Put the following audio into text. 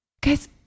Guys